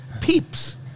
Peeps